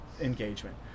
engagement